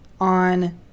on